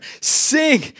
Sing